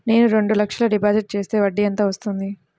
నేను రెండు లక్షల డిపాజిట్ చేస్తే వడ్డీ ఎంత వస్తుంది?